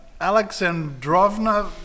Alexandrovna